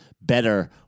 better